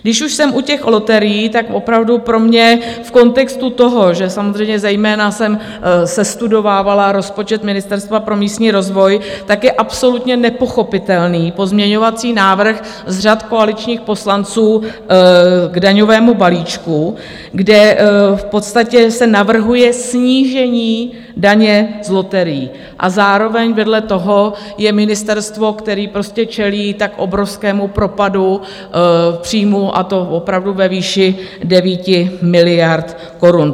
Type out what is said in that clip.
Když už jsem u těch loterií, tak opravdu pro mě v kontextu toho, že samozřejmě zejména jsem sestudovávala rozpočet Ministerstva pro místní rozvoj, je absolutně nepochopitelný pozměňovací návrh z řad koaličních poslanců k daňovému balíčku, kde v podstatě se navrhuje snížení daně z loterií, a zároveň vedle toho je ministerstvo, které čelí tak obrovskému propadu příjmů, a to opravdu ve výši 9 miliard korun.